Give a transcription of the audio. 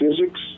physics